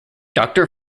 doctor